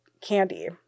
candy